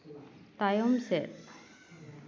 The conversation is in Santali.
ᱛᱟᱭᱚᱢ ᱥᱮᱫ